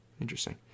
Interesting